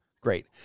Great